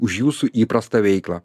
už jūsų įprastą veiklą